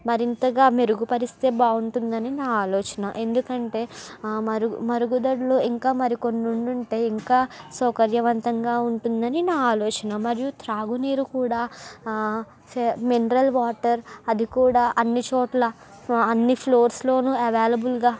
మరింతగా మెరుగు పరిస్తే బాగుంటుందని నా ఆలోచన ఎందుకంటే మరు మరుగుదొడ్లు ఇంకా మరి కొన్ని ఉండి ఉంటే ఇంకా సౌకర్యవంతగా ఉంటుందని నా ఆలోచన మరియు త్రాగు నీరు కూడా ఆ సె మినరల్ వాటర్ అది కూడా అన్ని చోట్ల ఆ అన్ని ఫ్లోర్స్లోను అవైలబుల్గా